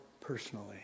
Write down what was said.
personally